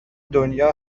دنیا